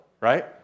Right